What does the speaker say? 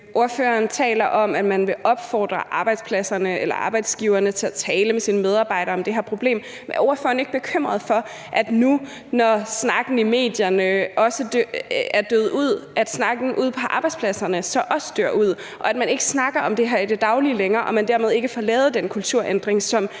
Ordføreren taler om, at man vil opfordre arbejdsgiverne til at tale med deres medarbejdere om det her problem, men er ordføreren ikke bekymret for nu, hvor snakken i medierne er døet ud, at snakken ude på arbejdspladserne så også dør ud, og at man ikke snakker om det her i det daglige længere, og at man dermed ikke får lavet den kulturændring,